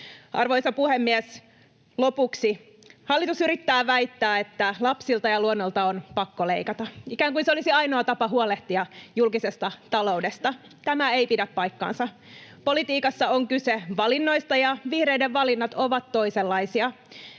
Arvoisa puhemies! Lopuksi: Hallitus yrittää väittää, että lapsilta ja luonnolta on pakko leikata, ikään kuin se olisi ainoa tapa huolehtia julkisesta taloudesta. Tämä ei pidä paikkaansa. Politiikassa on kyse valinnoista, ja vihreiden valinnat ovat toisenlaisia.